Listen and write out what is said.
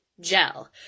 gel